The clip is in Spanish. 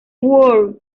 world